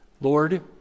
Lord